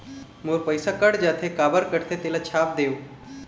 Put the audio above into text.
मोर पैसा कट जाथे काबर कटथे तेला छाप देव?